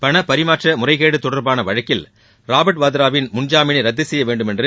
பணபரிமாற்ற முறைகேடு தொடர்பான வழக்கில் திரு ராபர்ட் வாத்ரா வின் முன்ஜாமீனை ரத்து செய்ய வேண்டுமென்று